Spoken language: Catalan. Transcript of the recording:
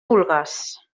vulgues